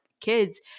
kids